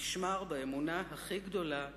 נשמר באמונה הכי גדולה,